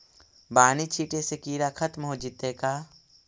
बानि छिटे से किड़ा खत्म हो जितै का?